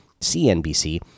CNBC